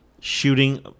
shooting –